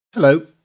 Hello